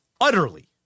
utterly